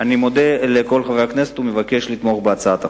אני מודה לכל חברי הכנסת ומבקש לתמוך בהצעת החוק.